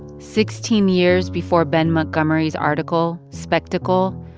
sixteen years before ben montgomery's article, spectacle,